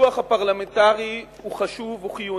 הפיקוח הפרלמנטרי הוא חשוב וחיוני.